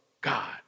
God